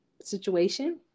situation